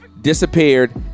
disappeared